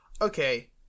Okay